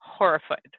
horrified